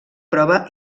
prova